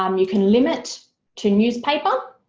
um you can limit to newspaper.